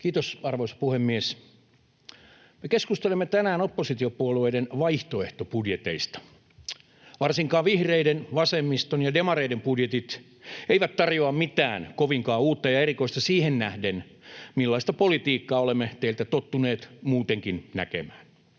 Kiitos, arvoisa puhemies! Me keskustelemme tänään oppositiopuolueiden vaihtoehtobudjeteista. Varsinkaan vihreiden, vasemmiston ja demareiden budjetit eivät tarjoa mitään kovinkaan uutta ja erikoista siihen nähden, millaista politiikkaa olemme teiltä tottuneet muutenkin näkemään.